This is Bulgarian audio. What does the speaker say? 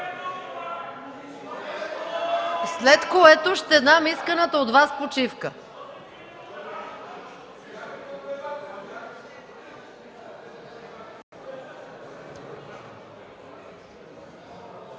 След това ще дам исканата от Вас почивка.